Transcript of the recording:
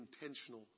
intentional